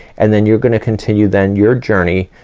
and then you're gonna continue then your journey,